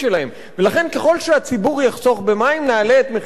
ולכן, ככל שהציבור יחסוך במים נעלה את מחירי המים.